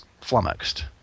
flummoxed